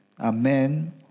Amen